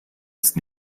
ist